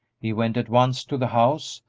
he went at once to the house,